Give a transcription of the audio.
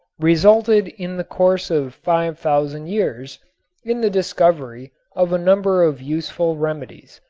resulted in the course of five thousand years in the discovery of a number of useful remedies.